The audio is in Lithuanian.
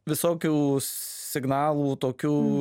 visokių signalų tokių